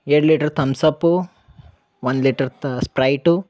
ಎರಡು litre Thums Up one litre ತ Sprite